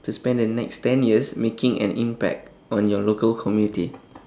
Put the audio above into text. to spend the next ten years making an impact on your local community